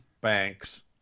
Banks